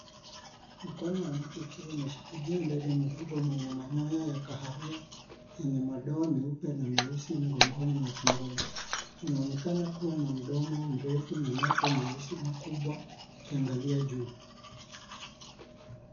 Mkono wa mtu ukiwa umeshikilia ndege mdogo mwenye manyoa ya kahawia yenye madoa meupe na mweusi mgongoni na tumboni. Anaonekana kuwa na mdomo mrefu na macho meusi makubwa yakiangalia juu